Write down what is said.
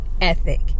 ethic